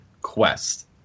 Quest